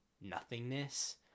nothingness